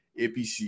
apc